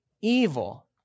evil